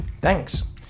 Thanks